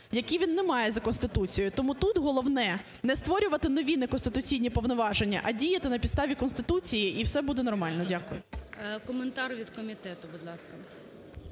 які він не має за Конституцією. Тому тут головне не створювати нові неконституційні повноваження, а діяти на підставі Конституції, і все буде нормально. Дякую. ГОЛОВУЮЧИЙ. Коментар від комітету, будь ласка.